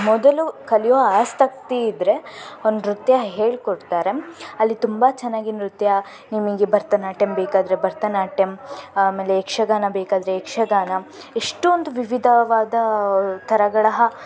ಮೊದಲು ಕಲಿಯೋ ಆಸಕ್ತಿ ಇದ್ದರೆ ಅವರು ನೃತ್ಯ ಹೇಳ್ಕೊಡ್ತಾರೆ ಅಲ್ಲಿ ತುಂಬ ಚೆನ್ನಾಗಿ ನೃತ್ಯ ನಿಮಗೆ ಭರತನಾಟ್ಯಂ ಬೇಕಾದರೆ ಭರತನಾಟ್ಯಂ ಆಮೇಲೆ ಯಕ್ಷಗಾನ ಬೇಕಾದರೆ ಯಕ್ಷಗಾನ ಎಷ್ಟೊಂದು ವಿವಿಧವಾದ ಥರಗಳ